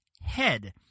head